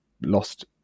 lost